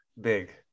big